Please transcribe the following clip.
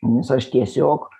nes aš tiesiog